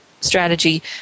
strategy